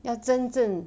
要真正